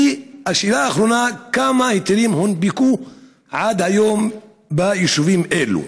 3. כמה היתרים הונפקו עד היום ביישובים אלו?